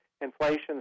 Inflation